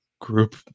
group